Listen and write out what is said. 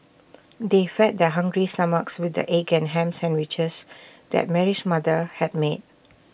they fed their hungry stomachs with the egg and Ham Sandwiches that Mary's mother had made